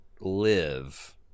live